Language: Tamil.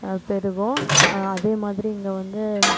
பெருகும் அதே மாதிரி இங்கே வந்து